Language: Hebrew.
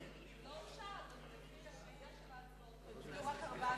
ישראל, לשנת 2010, נתקבל.